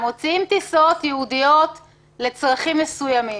מוציאים טיסות ייעודיות לצרכים מסוימים.